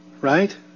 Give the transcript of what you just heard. right